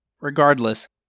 Regardless